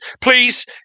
Please